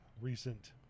recent